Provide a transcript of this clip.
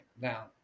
now